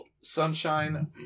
Sunshine